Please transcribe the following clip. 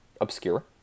obscure